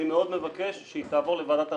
מאוד מבקש שהיא תעבור לוועדת הרפורמות.